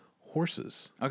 horses